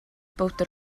bowdr